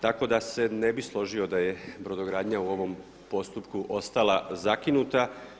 Tako da se ne bih složio da je brodogradnja u ovom postupku ostala zakinuta.